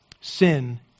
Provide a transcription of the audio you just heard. Sin